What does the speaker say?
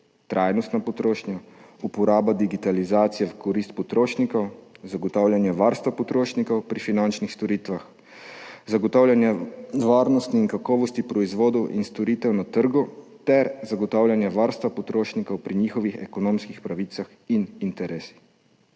trajnostna potrošnja, uporaba digitalizacije v korist potrošnikov, zagotavljanje varstva potrošnikov pri finančnih storitvah, zagotavljanje varnosti in kakovosti proizvodov in storitev na trgu ter zagotavljanje varstva potrošnikov pri njihovih ekonomskih pravicah in interesih.